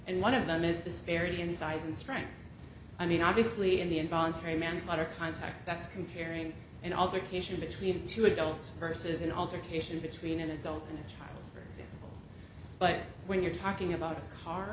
and one of them is disparity in size and strength i mean obviously in the involuntary manslaughter context that's comparing an altered cation between two adults versus an alter cation between an adult and child for example but when you're talking about a car